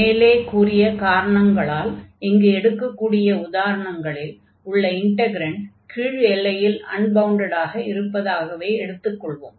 மேலே கூறிய காரணங்களால் இங்கு எடுக்கக்கூடிய உதாரணங்களில் உள்ள இன்டக்ரன்ட் கீழ் எல்லையில் அன்பவுண்டடாக இருப்பதாகவே எடுத்துக் கொள்வோம்